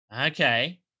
Okay